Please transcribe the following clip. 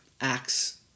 acts